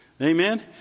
Amen